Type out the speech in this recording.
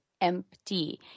empty